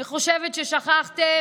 אני חושבת ששכחתם